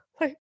like-